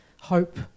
hope